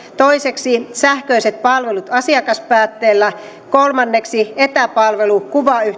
toiseksi sähköiset palvelut asiakaspäätteellä kolmanneksi etäpalvelu kuvayhteyden avulla viranomaisiin